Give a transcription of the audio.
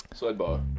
Sidebar